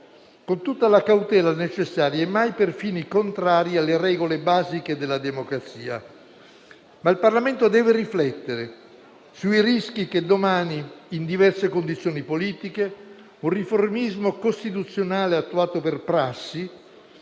con tutta la cautela necessaria e mai per fini contrari alle regole basiche della democrazia; il Parlamento, però, deve riflettere sui rischi che domani, in diverse condizioni politiche, un riformismo costituzionale attuato per prassi